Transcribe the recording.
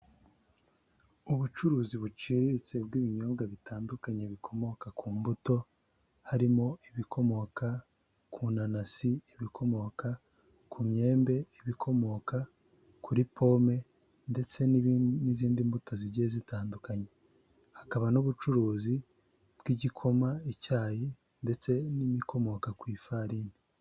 Ubucuruzi buciriritse bw'ibinyobwa bitandukanye bikomoka ku mbuto, harimo ibikomoka ku nanasi, ibikomoka ku myemb, ibikomoka kuri pome ndetse n'izindi mbuto zigiye zitandukanye, hakaba n'ubucuruzi bw'igikoma, icyayi ndetse n'ibikomoka ku ifarini.